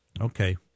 Okay